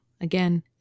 again